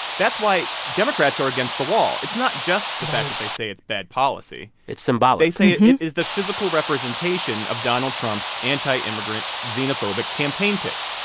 that's why democrats are against the wall. it's not just. right. the fact that they say it's bad policy it's symbolic they say it is the physical representation of donald trump's anti-immigrant, xenophobic campaign pitch.